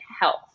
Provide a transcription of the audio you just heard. health